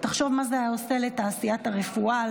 תחשוב מה זה היה עושה לתעשיית הרפואה,